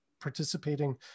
participating